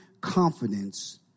confidence